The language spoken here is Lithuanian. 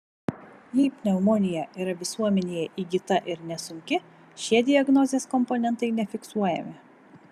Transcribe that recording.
jei pneumonija yra visuomenėje įgyta ir nesunki šie diagnozės komponentai nefiksuojami